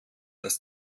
das